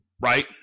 right